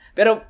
Pero